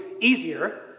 easier